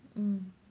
mm